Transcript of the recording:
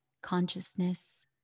consciousness